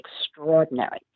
extraordinary